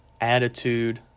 attitude